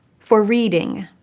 for reading,